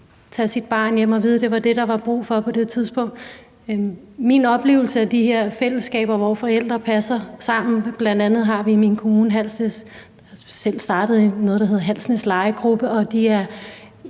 tage sit barn hjem og vide, at det var det, der var brug for på det tidspunkt. Min oplevelse er, at de her fællesskaber med forældre, der passer børn sammen – bl.a. har vi i min kommune, Halsnæs, selv startet noget, der hedder Halsnæs Legegruppe – er